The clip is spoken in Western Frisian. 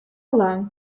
belang